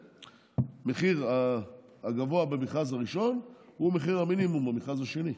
המחיר הגבוה במכרז הראשון הוא מחיר המינימום במכרז השני.